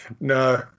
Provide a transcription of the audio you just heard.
No